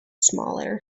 smaller